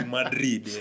Madrid